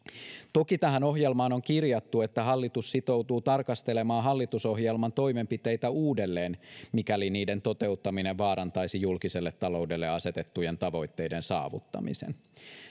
toki tähän ohjelmaan on kirjattu että hallitus sitoutuu tarkastelemaan hallitusohjelman toimenpiteitä uudelleen mikäli niiden toteuttaminen vaarantaisi julkiselle taloudelle asetettujen tavoitteiden saavuttamisen